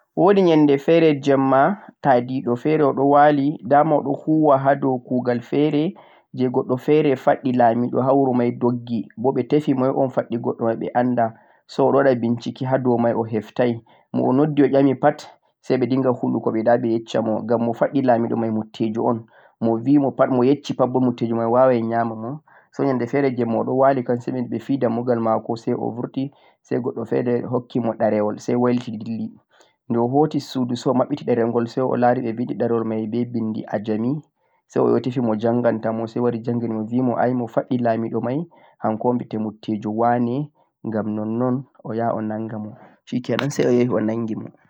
woodi ƴannde feere jeemma ta'di ɗo feere o ɗo wali dama o ɗo huwa ha dow kuugal feere jee goɗɗo feere faɗɗi laamiiɗo ha wuro may doggi bo ɓe tefi moy on faɗɗi goɗɗo may ɓe annda say o ɗo waɗa 'bincike' ha dow may o heftay. Mo o noddi ha wuro may pat say ɓe hulugo ɓi yiɗa mo yeccamo ngam mo faɗɗi laamiiɗo may mutteejo un mo bi mo pat, mo yecci pat mutteejo may waaway ƴamamo say nyannde feere jeemma o ɗo wali say himɓe feere fi dambugal maako say o burti say goɗɗo feere hokki mo ɗerewol say way liti dilli, de o hoti suudu say o maɓɓiti ɗerewol say o laari ɓe binndi ɗerewol may be binndi ajami say o yahi o tefi mo jannganta mo say wari janngini mo bi mo ay mo faɗɗi laamiiɗo may hanko on bi'e'tee mutteejo wa ne ngam nonnon o yaha o namga mo 'shikenan' say o yahi o nanngi mo.